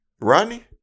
Rodney